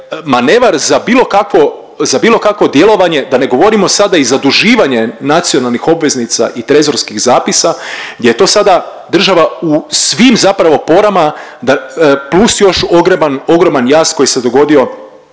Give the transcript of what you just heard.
kakvo, za bilo kakvo djelovanje da ne govorimo sada i zaduživanje nacionalnih obveznica i trezorskih zapisa gdje je to sada država u svim zapravo porama plus još ogroman jaz koji se dogodio